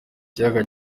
kiyaga